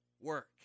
Work